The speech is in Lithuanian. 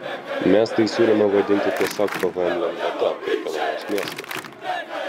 mes tai siūlėme vadinti tiesiog pvm lengvata krekenavos mėsai